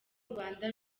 rwanda